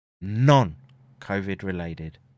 non-COVID-related